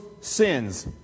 sins